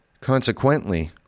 Consequently